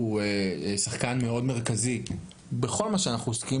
הוא שחקן מאוד מרכזי בכל מה שאנחנו עוסקים